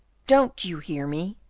don't you hear me?